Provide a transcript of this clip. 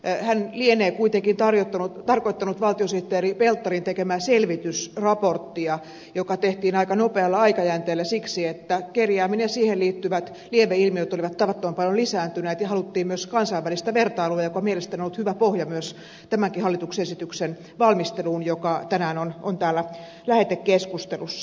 hän lienee kuitenkin tarkoittanut valtiosihteeri pelttarin tekemää selvitysraporttia joka tehtiin aika nopealla aikajänteellä siksi että kerjääminen ja siihen liittyvät lieveilmiöt olivat tavattoman paljon lisääntyneet ja haluttiin myös kansainvälistä vertailua joka on mielestäni ollut hyvä pohja tämänkin hallituksen esityksen valmisteluun joka tänään on täällä lähetekeskustelussa